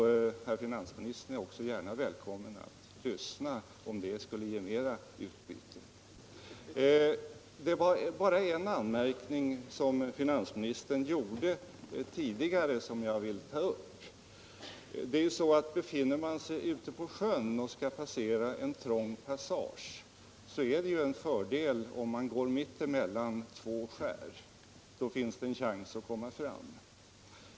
Finansministern är också välkommen att lyssna, om det skulle ge mera utbyte. En anmärkning som finansministern gjorde tidigare skulle jag vilja ta upp. Befinner man sig ute på sjön och skall gå igenom en trång passage är det en fördel om man går mitt emellan två skär — då finns det en chans att komma fram.